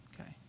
okay